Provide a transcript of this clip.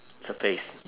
surface